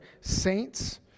saints